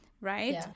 right